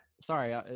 Sorry